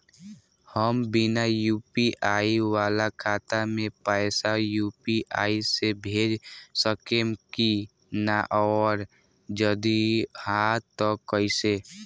हम बिना यू.पी.आई वाला खाता मे पैसा यू.पी.आई से भेज सकेम की ना और जदि हाँ त कईसे?